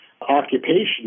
occupation